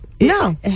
No